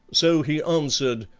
so he answered,